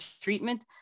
treatment